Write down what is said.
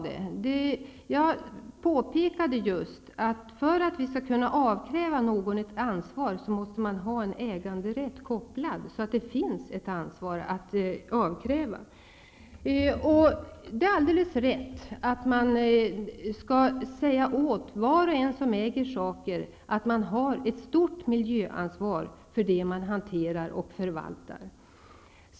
Jag påpekade just att om vi skall kunna avkräva någon ett ansvar måste det finnas en äganderätt kopplad till någon, så att det finns ett ansvar att avkräva. Det är alldeles riktigt att man skall säga åt var och en som äger saker att de har ett stort miljöansvar för det som de hanterar och förvaltar.